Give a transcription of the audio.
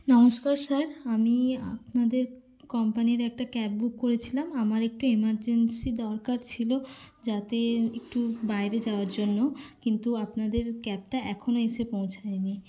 নমস্কার স্যার আমি আপনাদের কোম্পানির একটা ক্যাব বুক করেছিলাম আমার একটু এমার্জেন্সি দরকার ছিলো যাতে একটু বাইরে যাওয়ার জন্য কিন্তু আপনাদের ক্যাবটা এখনও এসে পৌঁছয়নি